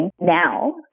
now